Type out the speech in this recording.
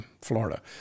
Florida